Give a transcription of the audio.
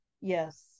yes